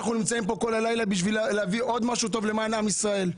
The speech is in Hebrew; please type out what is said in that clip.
אנחנו נמצאים פה כול הלילה בשביל להביא עוד משהו טוב למען עם ישראל.